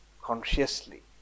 consciously